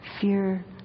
fear